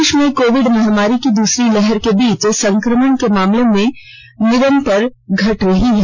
देश में कोविड महामारी की दूसरी लहर के बीच संक्रमण के मामले निरंतर घट रहे हैं